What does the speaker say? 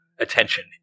attention